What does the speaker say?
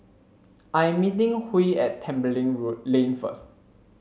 I'm meeting Huey at Tembeling road Lane first